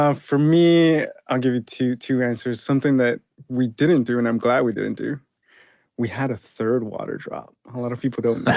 um for me i'll give you two two answers something that we didn't do and i'm glad we didn't do we had a third water drop a lot of people don't